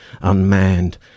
unmanned